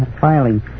Filing